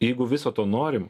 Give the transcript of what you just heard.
jeigu viso to norim